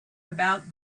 about